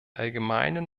allgemeinen